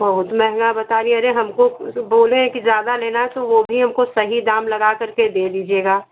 बहुत महंगा बता रहीं अरे हमको तो बोले हैं कि ज़्यादा लेना है तो वो भी हमको सही दाम लगा करके दे दीजिएगा